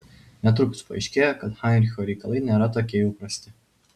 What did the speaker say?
netrukus paaiškėjo kad heinricho reikalai nėra tokie jau prasti